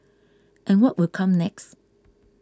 and what will come next